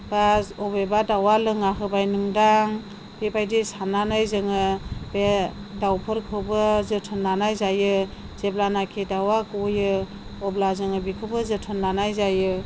बा बबेबा दाउआ लोङाहोबायमोन्दां बेबायदि साननानै जोङो बे दाउफोरखौबो जोथोन लानाय जायो जेब्लानाकि दाउआ गयो अब्ला जोङो बेखौबो जोथोन लानाय जायो